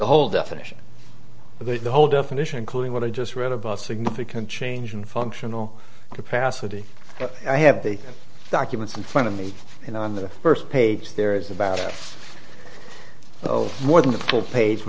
the whole definition because the whole definition includes what i just read about significant change in functional capacity i have the documents in front of me and on the first page there is about oh more than a full page